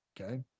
Okay